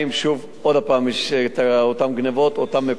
שוב, עוד פעם יש אותן גנבות, באותם מקומות.